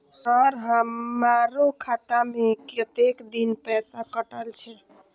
Sir हमारो खाता में कतेक दिन पैसा कटल छे?